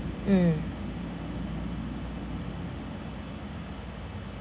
mm